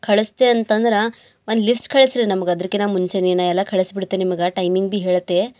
ಕಳಿಸ್ತೆ ಅಂತಂದ್ರೆ ಒಂದು ಲಿಸ್ಟ್ ಕಳಿಸ್ರಿ ನಮ್ಗೆ ಅದ್ರಕಿನ ಮುಂಚೆನೆ ಎಲ್ಲ ಕಳಿಸ್ಬಿಡ್ತೆ ನಿಮಗೆ ಟೈಮಿಂಗ್ ಬಿ ಹೇಳ್ತೆ